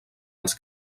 als